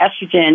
estrogen